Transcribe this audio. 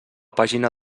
pàgina